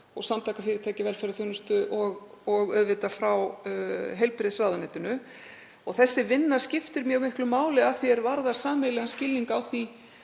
og Samtök fyrirtækja í velferðarþjónustu og auðvitað frá heilbrigðisráðuneytinu. Þessi vinna skiptir mjög miklu máli að því er varðar sameiginlegan skilning,